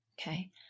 okay